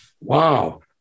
Wow